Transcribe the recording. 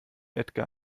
edgar